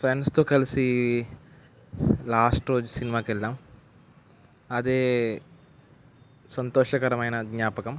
ఫ్రెండ్స్తో కలిసి లాస్ట్ రోజు సినిమాకి వెళ్ళాం అదే సంతోషకరమైన జ్ఞాపకం